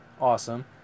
awesome